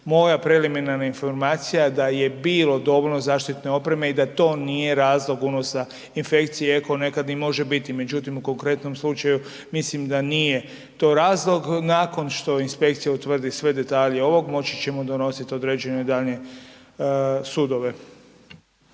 Moja preliminarna informacija je da je bilo dovoljno zaštitne opreme i da to nije razlog unosa infekcije iako nekada i može biti, međutim u konkretnom slučaju mislim da nije to razlog. Nakon što inspekcija utvrdi sve detalje ovog moći ćemo donositi određene daljnje sudove.